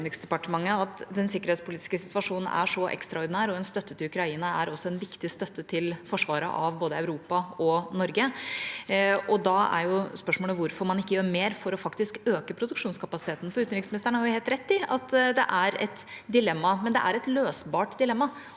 at den sikkerhetspolitiske situasjonen er ekstraordinær, og at en støtte til Ukraina også er en viktig støtte til forsvaret av både Europa og Norge. Da er spørsmålet hvorfor man ikke gjør mer for faktisk å øke produksjonskapasiteten. Utenriksministeren har helt rett i at det er et dilemma, men det er et løsbart dilemma,